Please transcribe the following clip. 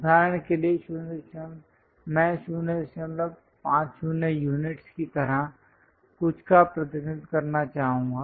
उदाहरण के लिए मैं 050 यूनिटस् की तरह कुछ का प्रतिनिधित्व करना चाहूंगा